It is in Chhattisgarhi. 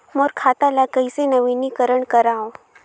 मोर खाता ल कइसे नवीनीकरण कराओ?